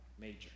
major